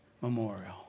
Memorial